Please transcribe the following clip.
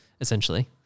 essentially